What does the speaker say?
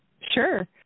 Sure